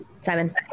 Simon